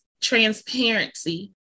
transparency